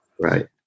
Right